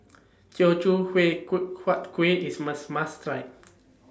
Teochew Hui Kueh Huat Kueh IS must must Try